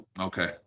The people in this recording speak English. Okay